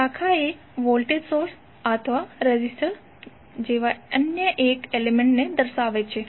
શાખા એ voltage source અથવા રેઝિસ્ટર જેવા એક એલિમેન્ટને દર્શાવે છે